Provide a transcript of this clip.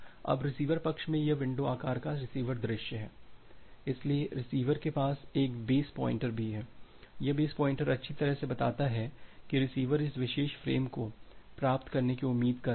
अब रिसीवर पक्ष में यह विंडो आकार का रिसीवर दृश्य है इसलिए रिसीवर के पास एक बेस पॉइंटर भी है यह बेस पॉइंटर अच्छी तरह से बताता है कि रिसीवर इस विशेष फ्रेम को प्राप्त करने की उम्मीद कर रहा है